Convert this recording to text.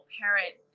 parent